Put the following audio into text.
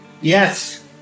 Yes